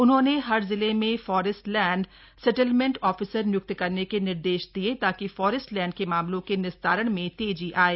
उन्होंने हर जिले में फॉरेस्ट लैंड सेटलमेंट ऑफिसर निय्क्त करने के निर्देश दिए ताकि फॉरेस्ट लैंड के मामलों के निस्तारण में तेजी आये